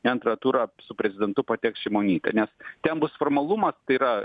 į antrą turą su prezidentu pateks šimonytė nes ten bus formalumas tai yra